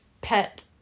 pet